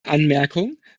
anmerkung